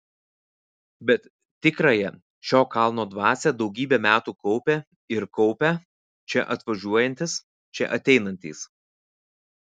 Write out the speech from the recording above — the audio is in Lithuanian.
bet tikrąją šio kalno dvasią daugybę metų kaupė ir kaupia čia atvažiuojantys čia ateinantys